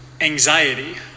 Anxiety